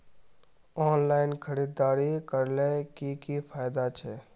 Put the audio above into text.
Online खरीदारी करले की की फायदा छे?